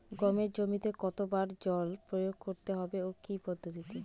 গমের জমিতে কতো বার জল প্রয়োগ করতে হবে ও কি পদ্ধতিতে?